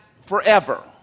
forever